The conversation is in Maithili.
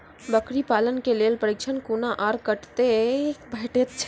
बकरी पालन के लेल प्रशिक्षण कूना आर कते भेटैत छै?